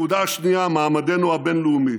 הנקודה השנייה, מעמדנו הבין-לאומי.